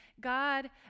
God